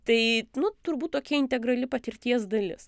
tai nu turbūt tokia integrali patirties dalis